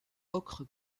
ocre